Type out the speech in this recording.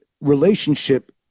relationship